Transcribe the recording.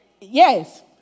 Yes